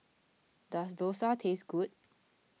does Dosa taste good